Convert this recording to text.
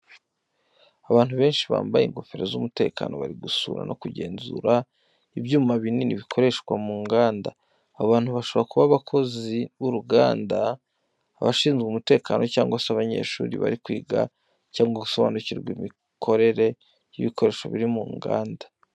Abantu benshi bambaye ingofero z’umutekano bari gusura no kugenzura ibyuma binini bikoreshwa mu nganda. Abo bantu bashobora kuba abakozi b'uru ruganda, abashinzwe umutekano, cyangwa se abanyeshuri bari kwiga cyangwa gusobanurirwa imikorere y’ibikoresho biri muri uru ruganda.